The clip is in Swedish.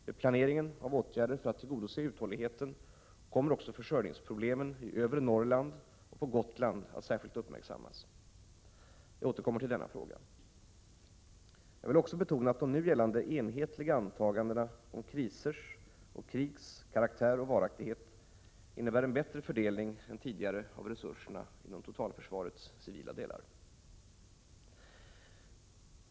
Vid planeringen av åtgärder för att tillgodose uthålligheten kommer också försörjningsproblemen i övre Norrland och på Gotland att särskilt uppmärksammas. Jag återkommer till denna fråga. Jag vill också betona att de nu gällande enhetliga antagandena om krisers och krigs karaktär och varaktighet innebär en bättre fördelning än tidigare av resurserna inom totalförsvarets civila delar.